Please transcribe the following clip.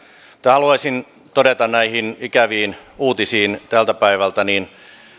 haluaisin todeta liittyen näihin ikäviin uutisiin tältä päivältä että